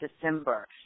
December